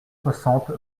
soixante